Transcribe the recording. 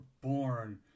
born